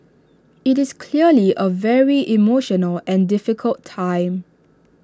IT is clearly A very emotional and difficult time